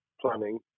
planning